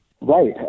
Right